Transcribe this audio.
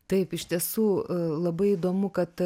taip iš tiesų labai įdomu kad